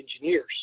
engineers